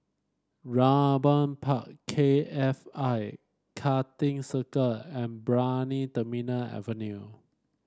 Raeburn Park K F I Karting Circuit and Brani Terminal Avenue